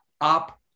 up